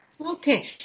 Okay